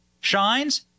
shines